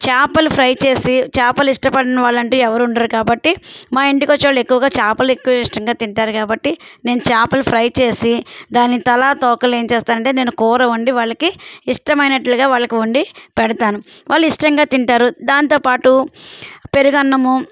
చాపలు ఫ్రై చేసి చాపలు ఇష్టపడని వాళ్ళు అంటూ ఎవరు ఉండరు కాబట్టి మా ఇంటికొచ్చేవాళ్ళు ఎక్కువగా చాపలు ఎక్కువ ఇష్టంగా తింటారు కాబట్టి నేను చేపలు ఫ్రై చేసి దాన్ని తల తోకలు ఏం చేస్తానంటే నేను కూర వండి వాళ్ళకి ఇష్టమైనట్లుగా వాళ్ళకు వండి పెడతాను వాళ్ళు ఇష్టంగా తింటారు దాంతో పాటు పెరుగన్నము